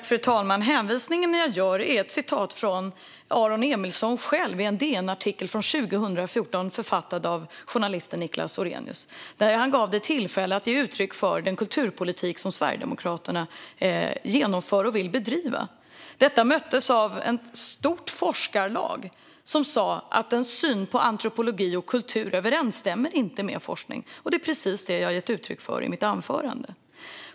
Fru talman! Hänvisningen jag gör är till ett citat från Aron Emilsson själv i en DN-artikel från 2014. Den var författad av journalisten Niklas Orrenius, som gav honom tillfälle att ge uttryck för den kulturpolitik som Sverigedemokraterna genomför och vill bedriva. Detta möttes av ett stort forskarlag som sa att den synen på antropologi och kultur inte överensstämmer med forskningen. Det är precis det jag har gett uttryck för i mitt anförande.